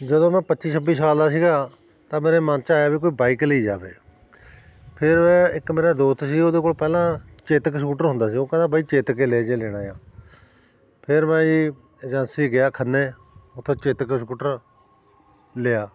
ਜਦੋਂ ਮੈਂ ਪੱਚੀ ਛੱਬੀ ਸਾਲ ਦਾ ਸੀਗਾ ਤਾਂ ਮੇਰੇ ਮਨ 'ਚ ਆਇਆ ਵੀ ਕੋਈ ਬਾਈਕ ਲਈ ਜਾਵੇ ਫਿਰ ਇੱਕ ਮੇਰਾ ਦੋਸਤ ਸੀ ਉਹਦੇ ਕੋਲ ਪਹਿਲਾਂ ਚੇਤਕ ਸਕੂਟਰ ਹੁੰਦਾ ਸੀ ਉਹ ਕਹਿੰਦਾ ਬਈ ਚੇਤਕ ਲੈ ਜੇ ਲੈਣਾ ਹੈ ਫਿਰ ਮੈਂ ਜੀ ਏਜੰਸੀ ਗਿਆ ਖੰਨੇ ਉੱਥੋਂ ਚੇਤਕ ਸਕੂਟਰ ਲਿਆ